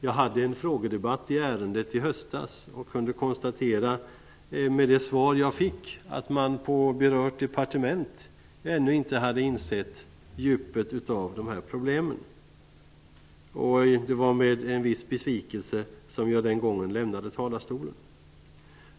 Jag hade en frågedebatt i ärendet i höstas och kunde konstatera med det svar jag fick att man på berört departement ännu inte hade insett djupet av dessa problem. Det var med en viss besvikelse som jag den gången lämnade talarstolen.